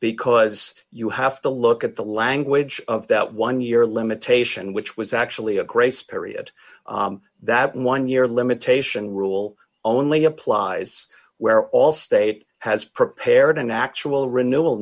because you have to look at the language of that one year limitation which was actually a grace period that one year limitation rule only applies where all state has prepared an actual renewal